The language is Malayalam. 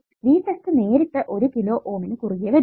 V test നേരിട്ട് 1 കിലോ Ω നു കുറുകെ വരുന്നു